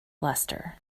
luster